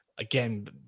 Again